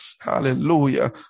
Hallelujah